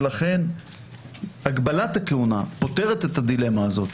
לכן הגבלת הכהונה פותרת את הדילמה הזאת,